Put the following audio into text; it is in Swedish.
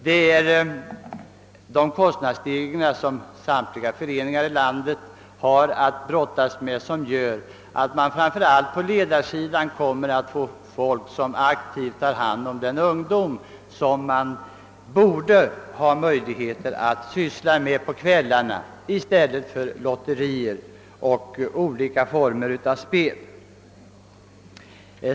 De kostnadsstegringar som samtliga föreningar i landet fått vidkännas gör att man framför allt på ledarsidan har svårt att få folk som aktivt tar hand om ungdomen — de tvingas i stället att syssla med lotterier och olika former av spel.